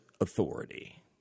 authority